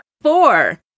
four